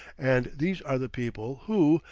and these are the people who,